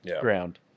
ground